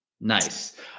Nice